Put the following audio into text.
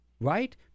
right